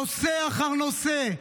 נושא אחר נושא,